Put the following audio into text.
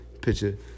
picture